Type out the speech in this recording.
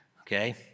okay